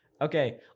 Okay